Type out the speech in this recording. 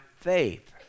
faith